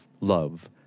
love